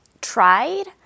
tried